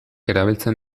erabiltzen